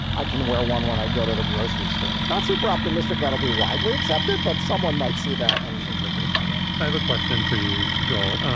i can wear one when i go to the grocery store. not super optimistic. that'll be widely accepted, but someone might see that and interpret it that way i have a question for you, joel.